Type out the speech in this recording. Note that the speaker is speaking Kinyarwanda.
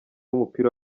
w’umupira